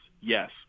yes